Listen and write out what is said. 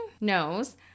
nose